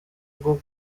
bwo